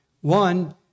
One